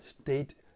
State